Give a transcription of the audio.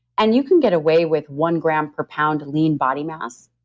and you can get away with one gram per pound lean body mass.